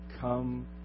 come